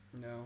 No